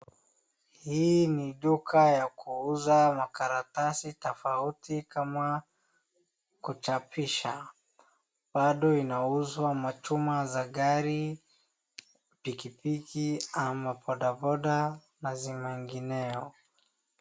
Hii ni duka ya kuuza makaratasi tofauti kama kuchapisha, bado inauzwa machuma za gari, pikipiki ama bodaboda na zingineyo.